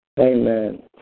amen